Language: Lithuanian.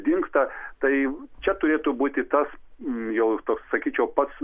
dingta tai čia turėtų būti tas m jau jis toks sakyčiau pats